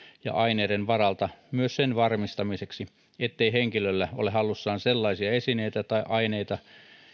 ja aineiden varalta myös sen varmistamiseksi ettei henkilöllä ole hallussaan sellaisia esineitä tai aineita